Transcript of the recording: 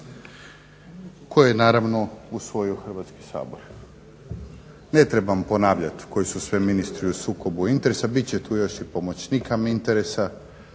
koju je naravno usvojio Hrvatski sabor. Ne trebam ponavljati koji su sve ministri u sukobu interesa, bit će tu još i pomoćnika ministara